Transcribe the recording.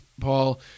Paul